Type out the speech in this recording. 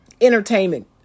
entertainment